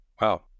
Wow